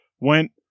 Went